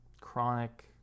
chronic